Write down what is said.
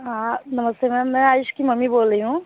हाँ नमस्ते मैम मैं आयुष की मम्मी बोल रही हूँ